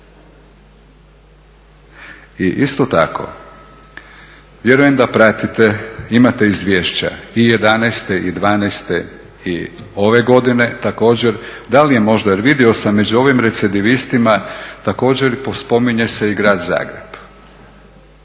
I isto tako vjerujem da pratite, imate izvješća i '11.-te i '12.-te i ove godine također da li je možda, jer vidio sam među ovim recidivistima također spominje se i grad Zagreb.